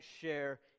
share